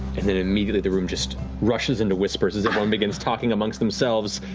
and then immediately the room just rushes into whispers as everyone begins talking amongst themselves.